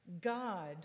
God